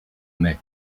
mai